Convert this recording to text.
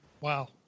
Wow